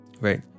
right